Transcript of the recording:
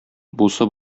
бусы